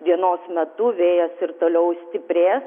dienos metu vėjas ir toliau stiprės